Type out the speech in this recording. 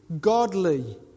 godly